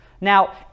now